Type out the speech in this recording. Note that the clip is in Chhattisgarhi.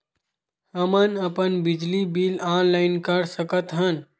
हमन अपन बिजली बिल ऑनलाइन कर सकत हन?